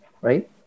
Right